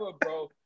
bro